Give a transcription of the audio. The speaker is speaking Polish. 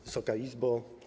Wysoka Izbo!